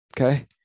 okay